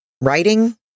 writing